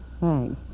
Thanks